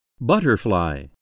Butterfly